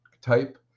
type